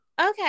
Okay